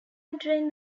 entering